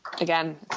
Again